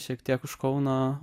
šiek tiek už kauno